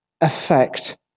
affect